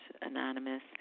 Anonymous